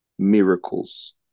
miracles